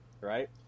Right